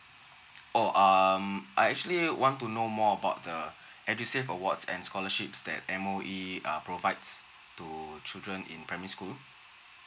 oh um I actually want to know more about the edusave awards and scholarships that M_O_E uh provides to children in primary school